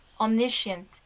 omniscient